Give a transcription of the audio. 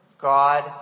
God